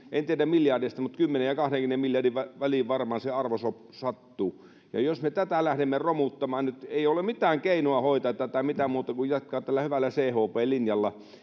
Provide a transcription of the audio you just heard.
en tiedä miljardeista mutta varmaan kymmenen ja kahdenkymmenen miljardin väliin se arvo sattuu ja jos me tätä lähdemme romuttamaan nyt ei ole mitään keinoa hoitaa tätä mitään muuta kuin jatkaa tällä hyvällä chp linjalla